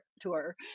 Tour